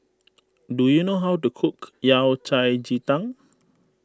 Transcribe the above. do you know how to cook Yao Cai Ji Tang